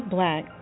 Black